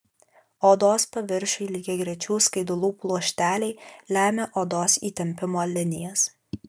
odos paviršiui lygiagrečių skaidulų pluošteliai lemia odos įtempimo linijas